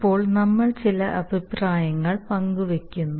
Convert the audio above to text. ഇപ്പോൾ നമ്മൾ ചില അഭിപ്രായങ്ങൾ പങ്കുവെക്കുന്നു